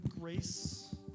grace